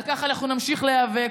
על כך אנחנו נמשיך להיאבק.